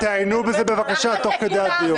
תעיינו בזה, בבקשה, תוך כדי הדיון.